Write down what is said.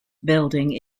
building